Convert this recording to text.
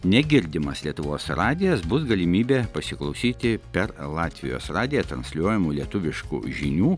negirdimas lietuvos radijas bus galimybė pasiklausyti per latvijos radiją transliuojamų lietuviškų žinių